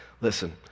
listen